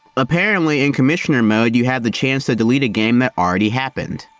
apparently, in commissioner mode, you had the chance to delete a game that already happened,